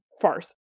farce